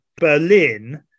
Berlin